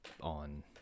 on